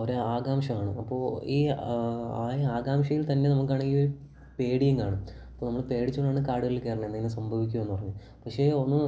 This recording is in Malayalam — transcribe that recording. ഒരു ആകാംക്ഷ കാണും അപ്പോൾ ഈ ആയ ആകാംക്ഷയിൽ തന്നെ നമുക്കാണെങ്കിൽ ഒരു പേടിയും കാണും അപ്പോൾ നമ്മൾ പേടിച്ചുംകൊണ്ടാണ് കാടുകളിൽ കയറണെ എന്തെങ്കിലും സംഭവിക്കുമോ എന്നു പറഞ്ഞ് പക്ഷെ ഒന്നും